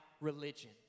religion